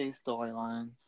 storyline